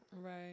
Right